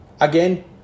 Again